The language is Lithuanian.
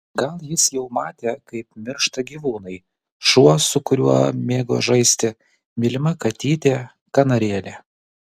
gal jis jau matė kaip miršta gyvūnai šuo su kuriuo mėgo žaisti mylima katytė kanarėlė